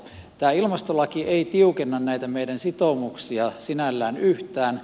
tämä ilmastolaki ei tiukenna näitä meidän sitoumuksiamme sinällään yhtään